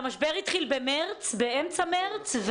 אבל המשבר התחיל באמצע מרץ,